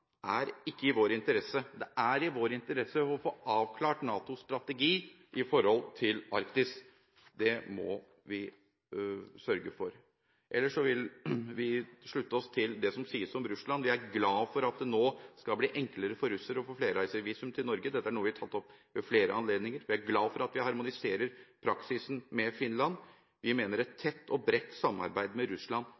er ikke i vår interesse. Det er i vår interesse å få avklart NATOs strategi når det gjelder Arktis. Det må vi sørge for. Ellers slutter vi oss til det som sies om Russland. Vi er glade for at det nå skal bli enklere for russere å få flerreisevisum til Norge. Dette er noe vi har tatt opp ved flere anledninger, og vi er glade for at vi harmoniserer praksisen med Finland. Vi mener at et